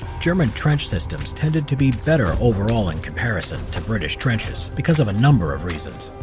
german trench systems tended to be better overall in comparison to british trenches, because of a number of reasons.